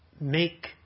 make